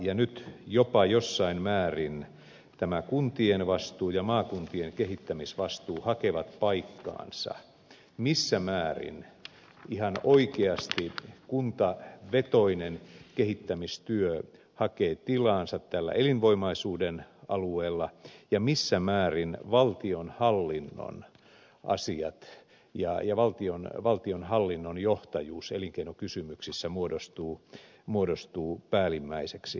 nyt jopa jossain määrin tämä kuntien vastuu ja maakuntien kehittämisvastuu hakevat paikkaansa missä määrin ihan oikeasti kuntavetoinen kehittämistyö hakee tilaansa tällä elinvoimaisuuden alueella ja missä määrin valtionhallinnon asiat ja valtionhallinnon johtajuus elinkeinokysymyksissä muodostuu päällimmäiseksi